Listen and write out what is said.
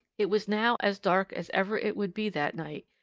it was now as dark as ever it would be that night,